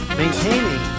maintaining